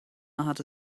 hat